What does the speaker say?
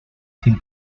sin